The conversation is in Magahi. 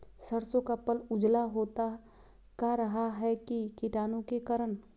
सरसो का पल उजला होता का रहा है की कीटाणु के करण?